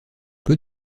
peu